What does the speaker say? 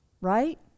right